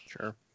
sure